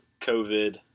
COVID